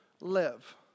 live